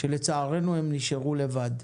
שלצערנו הם נשארו לבד.